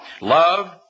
love